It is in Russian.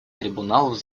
трибуналов